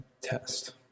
test